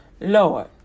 Lord